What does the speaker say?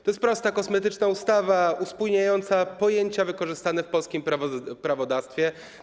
To jest prosta, kosmetyczna ustawa uspójniająca pojęcia wykorzystywane w polskim prawodawstwie.